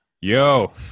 yo